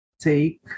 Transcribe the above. take